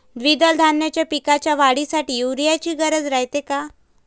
द्विदल धान्याच्या पिकाच्या वाढीसाठी यूरिया ची गरज रायते का?